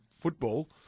football